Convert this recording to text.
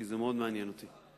כי זה מאוד מעניין אותי.